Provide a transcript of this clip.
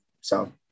So-